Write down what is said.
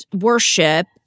worship